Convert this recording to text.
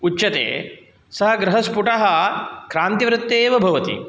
उच्यते सः गृहस्फुटः क्रान्तिवृत्ते एव भवति